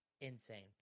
insane